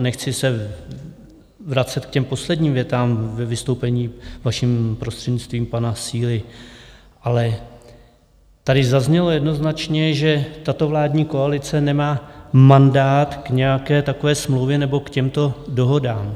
Nechci se vracet k těm posledním větám ve vystoupení pana Síly, vaším prostřednictvím, ale tady zaznělo jednoznačně, že tato vládní koalice nemá mandát k nějaké takové smlouvě nebo k těmto dohodám.